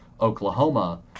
Oklahoma